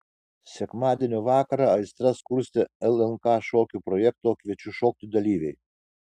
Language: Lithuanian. sekmadienio vakarą aistras kurstė lnk šokių projekto kviečiu šokti dalyviai